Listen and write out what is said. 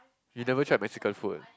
you never tried Mexican food